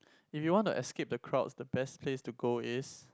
if you want to escape the crowds the best place to go is